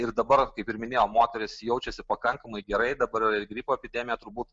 ir dabar kaip ir minėjau moteris jaučiasi pakankamai gerai dabar gripo epidemija turbūt